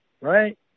right